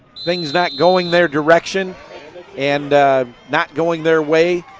things not going their direction and not going their way.